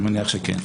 אני מניח שכן.